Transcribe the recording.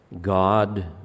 God